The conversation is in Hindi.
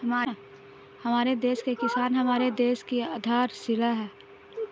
हमारे देश के किसान हमारे देश की आधारशिला है